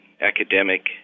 academic